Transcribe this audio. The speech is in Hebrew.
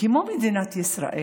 כמו מדינת ישראל,